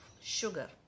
sugar